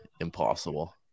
impossible